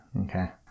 okay